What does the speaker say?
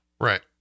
Right